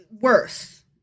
worse